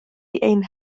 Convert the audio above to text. ein